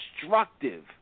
Destructive